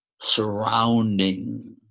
surrounding